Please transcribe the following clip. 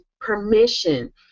permission